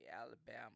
Alabama